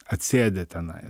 atsėdi tenai